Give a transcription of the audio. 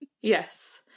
Yes